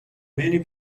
many